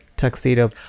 tuxedo